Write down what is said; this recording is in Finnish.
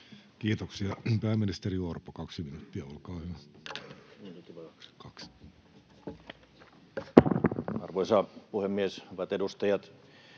Kiitoksia. — Pääministeri Orpo, kaksi minuuttia, olkaa hyvä. Arvoisa puhemies! Hyvät edustajat!